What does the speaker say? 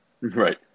right